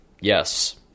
Yes